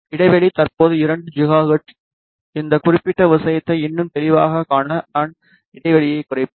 இடைவெளி தற்போது 2 ஜிகாஹெர்ட்ஸ் இந்த குறிப்பிட்ட விஷயத்தை இன்னும் தெளிவாகக் காண நான் இடைவெளியைக் குறைப்பேன்